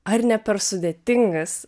ar ne per sudėtingas